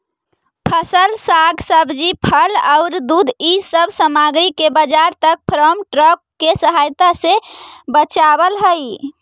फसल, साग सब्जी, फल औउर दूध इ सब सामग्रि के बाजार तक फार्म ट्रक के सहायता से पचावल हई